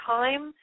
time